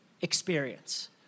Experience